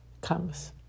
comes